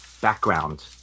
background